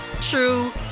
true